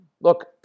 look